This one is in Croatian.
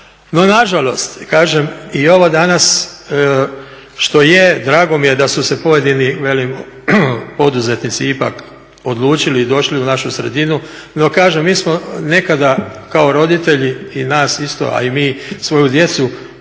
No na žalost, kažem i ovo danas što je drago mi je da su se pojedini, velim poduzetnici ipak odlučili i došli u našu sredinu. No kažem, mi smo nekada kao roditelji i nas isto, a i mi svoju djecu